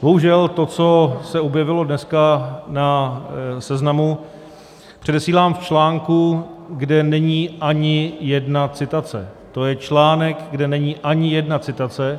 Bohužel to, co se objevilo dneska na Seznamu, předesílám v článku, kde není ani jedna citace to je článek, kde není ani jedna citace!